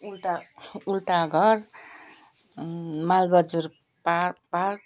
उल्टा उल्टाघर मालबजार पा पार्क